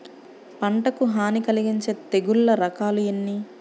పంటకు హాని కలిగించే తెగుళ్ళ రకాలు ఎన్ని?